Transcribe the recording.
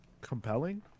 compelling